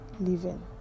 living